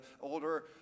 older